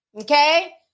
Okay